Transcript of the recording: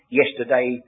yesterday